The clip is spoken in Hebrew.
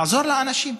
לעזור לאנשים.